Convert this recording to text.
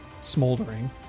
smoldering